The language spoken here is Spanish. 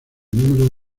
número